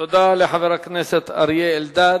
תודה רבה לחבר הכנסת אריה אלדד.